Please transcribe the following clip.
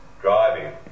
driving